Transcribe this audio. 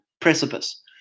precipice